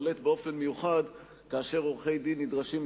בולט באופן מיוחד כאשר עורכי-דין נדרשים,